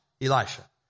Elisha